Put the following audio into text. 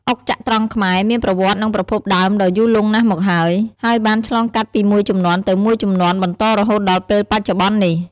អុកចត្រង្គខ្មែរ មានប្រវត្តិនិងប្រភពដើមដ៏យូរលង់ណាស់មកហើយ ហើយបានឆ្លងកាត់ពីមួយជំនាន់ទៅមួយជំនាន់បន្តរហូតដល់ពេលបច្ចុប្បន្ននេះ ។